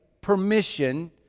permission